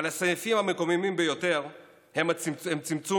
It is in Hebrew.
אבל הסעיפים המקוממים ביותר הם צמצום